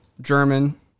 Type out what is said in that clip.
German